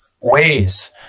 ways